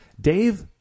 Dave